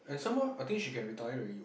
and some more I think she can retire already what